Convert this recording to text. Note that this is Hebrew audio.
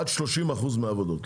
עד 30% מהעבודות,